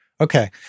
Okay